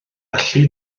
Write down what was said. allu